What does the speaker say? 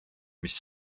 mis